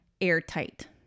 airtight